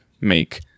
make